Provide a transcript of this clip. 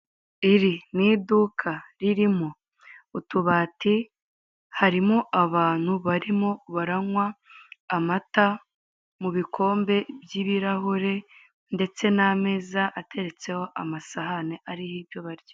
Iri ni iduka ririmo utubati harimo abantu barimo baranywa amata mu bikombe by'ibirahure ndetse n'ameza ateretseho amasahani ariho ibyo barya.